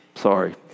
Sorry